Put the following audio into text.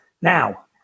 Now